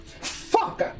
fuck